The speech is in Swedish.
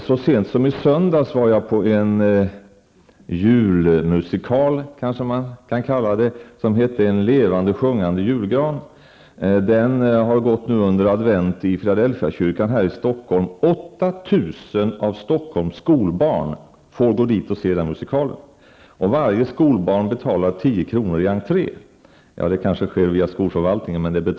Så sent som i söndags var jag på en julmusikal, som man kanske kan kalla det. Den hette En levande och sjungande julgran. Den har gått nu under advent i Filadelfiakyrkan i Stockholm. 8 000 av Stockholms skolbarn får gå dit och se den musikalen. Varje skolbarn betalar 10 kr. i entré -- även om det kanske sker via skolförvaltningen.